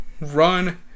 Run